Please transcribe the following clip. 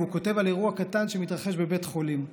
והוא כותב על אירוע קטן שמתרחש בבית חולים: